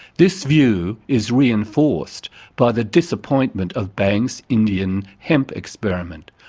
this view is reinforced by the disappointment of banks' indian hemp experiment,